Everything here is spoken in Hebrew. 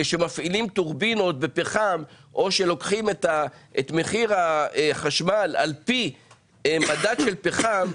כשמפעילים טורבינות בפחם או שלוקחים את מחיר החשמל על פי מדד של פחם,